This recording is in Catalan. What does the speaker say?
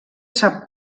sap